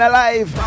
Alive